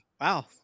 wow